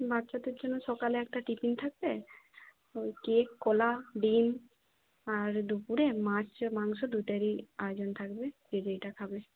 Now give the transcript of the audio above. বাচ্চাদের জন্য সকালে একটা টিফিন থাকবে কেক কলা ডিম আর দুপুরে মাছ মাংস দুটোরই আয়োজন থাকবে যে যেটা খাবে